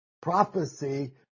Prophecy